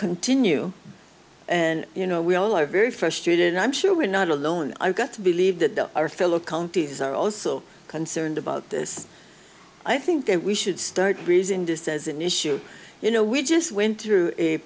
continue and you know we all are very frustrated i'm sure we're not alone i've got to believe that our fellow counties are also concerned about this i think that we should start raising this as an issue you know we just went through a